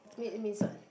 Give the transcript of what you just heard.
need means what